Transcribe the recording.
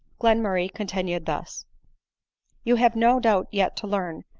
glenmurray continued thus you have no doubt yet to learn,